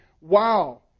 wow